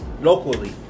locally